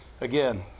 again